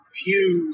view